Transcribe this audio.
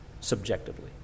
subjectively